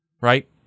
right